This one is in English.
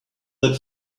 that